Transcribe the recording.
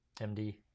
MD